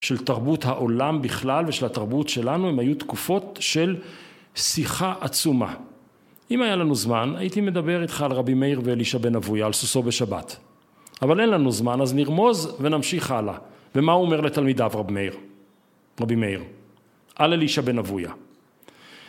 של תרבות העולם בכלל ושל התרבות שלנו הן היו תקופות של שיחה עצומה אם היה לנו זמן הייתי מדבר איתך על רבי מאיר ואלישע בן אבויה על סוסו בשבת אבל אין לנו זמן אז נרמוז ונמשיך הלאה ומה הוא אומר לתלמידיו רבי מאיר על אלישע בן אבויה